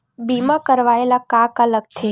बीमा करवाय ला का का लगथे?